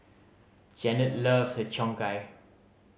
Jannette loves Har Cheong Gai